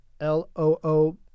L-O-O